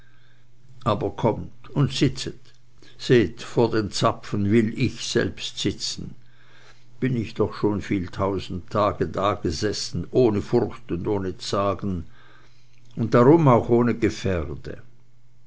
aber kommt und sitzet seht vor den zapfen will ich selbsten sitzen bin ich doch schon viel tausend tage da gesessen ohne furcht und ohne zagen und darum auch ohne gefährde